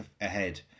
ahead